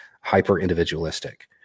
hyper-individualistic